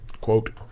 quote